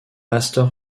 astor